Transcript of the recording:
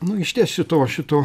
nu išties šito šito